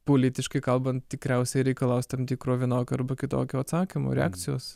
politiškai kalbant tikriausiai reikalaus tam tikro vienokio arba kitokio atsakymo reakcijos